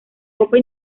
copa